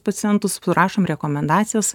pacientus surašom rekomendacijas